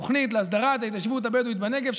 תוכנית להסדרת ההתיישבות הבדואית בנגב,